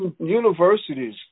universities